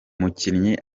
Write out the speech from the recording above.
mukinnyi